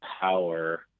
power